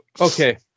Okay